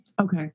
Okay